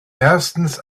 erstens